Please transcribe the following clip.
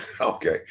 okay